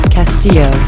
Castillo